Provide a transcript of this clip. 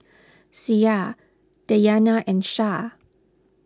Syah Dayana and Shah